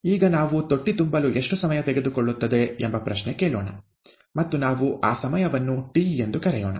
ಈಗ ನಾವು ತೊಟ್ಟಿ ತುಂಬಲು ಎಷ್ಟು ಸಮಯ ತೆಗೆದುಕೊಳ್ಳುತ್ತದೆ ಎಂಬ ಪ್ರಶ್ನೆ ಕೇಳೋಣ ಮತ್ತು ನಾವು ಆ ಸಮಯವನ್ನು ಟಿ ಎಂದು ಕರೆಯೋಣ